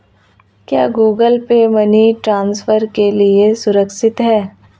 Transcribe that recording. क्या Google Pay money transfer के लिए सुरक्षित है?